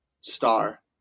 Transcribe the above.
star